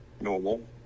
normal